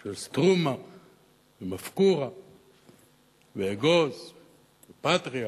של "סטרומה" ו"מפקורה" ו"אגוז" ו"פאטריה"